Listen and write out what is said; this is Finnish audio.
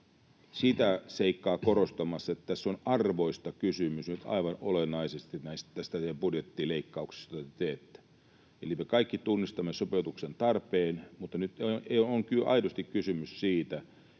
sitä seikkaa korostamassa, että tässä on arvoista kysymys nyt aivan olennaisesti näissä teidän budjettileikkauksissanne, joita te teette. Eli me kaikki tunnistamme sopeutuksen tarpeen, mutta nyt on aidosti kysymys siitä,